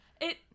It-